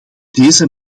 deze